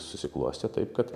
susiklostė taip kad